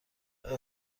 آیا